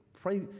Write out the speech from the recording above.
pray